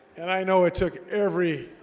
and i know it took every